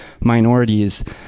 minorities